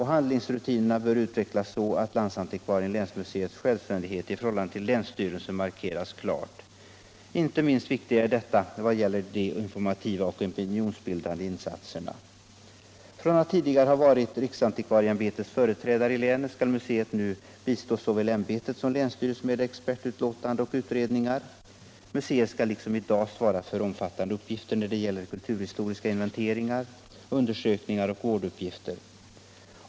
Handlingsrutinerna bör utvecklas så att landsantikvariens/länsmuseets självständighet i förhållande till länsstyrelsen markeras klart. Inte minst viktigt är detta vad gäller de informativa och opinionsbildande insatserna. Från att tidigare ha varit riksantikvarieämbetets företrädare i länet skall museet nu bistå såväl ämbetet som länsstyrelsen med expertutlåtanden och utredningar. Museet skall också liksom i dag svara för omfattande uppgifter när det gäller kulturhistoriska inventeringar, undersökningar och vårduppgifter.